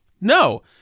no